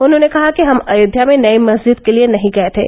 उन्होंने कहा कि हम अयोध्या में नयी मस्जिद के लिये नही गये थे